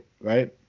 right